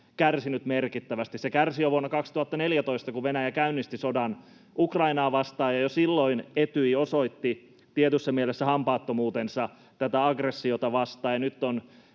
kärsinyt merkittävästi. Se kärsi jo vuonna 2014, kun Venäjä käynnisti sodan Ukrainaa vastaan. Jo silloin Etyj osoitti tietyssä mielessä hampaattomuutensa tätä aggressiota vastaan.